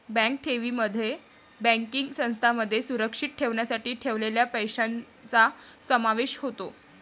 bank ठेवींमध्ये banking संस्थांमध्ये सुरक्षित ठेवण्यासाठी ठेवलेल्या पैशांचा समावेश होतो